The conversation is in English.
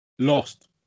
Lost